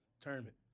Tournament